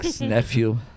nephew